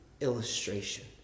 illustration